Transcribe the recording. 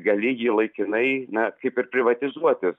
gali jį laikinai na kaip ir privatizuotis